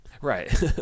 Right